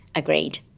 agreed,